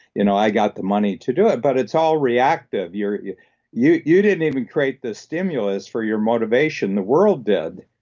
you know i got the money to do it. but it's all reactive yeah you you didn't even create the stimulus for your motivation, the world did.